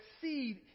seed